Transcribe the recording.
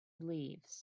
leaves